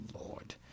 Lord